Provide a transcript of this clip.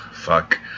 Fuck